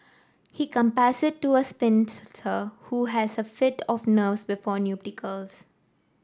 he compares it to a spinster who has a fit of nerves before nuptials